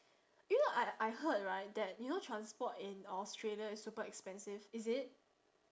you know I I heard right that you know transport in australia is super expensive is it